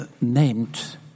named